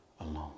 alone